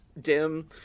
dim